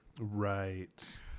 Right